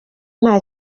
nta